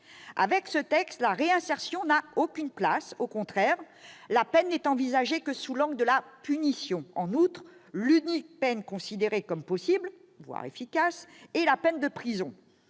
Avec ce texte, la réinsertion n'a aucune place ; au contraire, la peine n'est envisagée que sous l'angle de la punition. En outre, l'unique peine considérée comme possible, voire efficace, est la peine de prison.